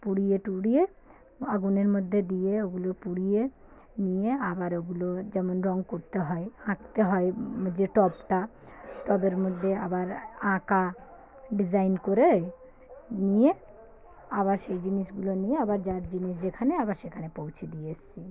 পুড়িয়ে টুড়িয়ে আগুনের মধ্যে দিয়ে ওগুলো পুড়িয়ে নিয়ে আবার ওগুলো যেমন রং করতে হয় আঁকতে হয় যে টবটা টবের মধ্যে আবার আঁকা ডিজাইন করে নিয়ে আবার সেই জিনিসগুলো নিয়ে আবার যার জিনিস যেখানে আবার সেখানে পৌঁছে দিয়ে এসেছি